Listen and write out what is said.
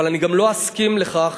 אבל גם לא אסכים לכך